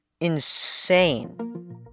insane